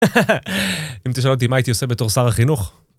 אם תשאל אותי מה הייתי עושה בתור שר החינוך.